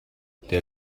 der